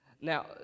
Now